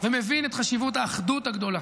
ומבין את חשיבות האחדות הגדולה.